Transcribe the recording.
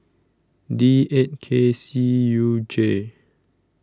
D eight K C U J